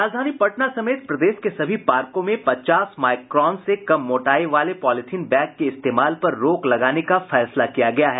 राजधानी पटना समेत प्रदेश के सभी पार्को में पचास माइक्रॉन से कम मोटाई वाले पॉलीथीन बैग के इस्तेमाल पर रोक लगाने का फैसला किया गया है